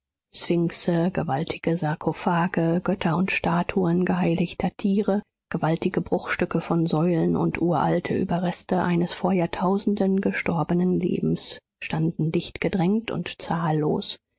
gewaltige sarkophage götter und statuen geheiligter tiere gewaltige bruchstücke von säulen und uralte überreste eines vor jahrtausenden gestorbenen lebens standen dichtgedrängt und zahllos